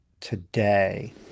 today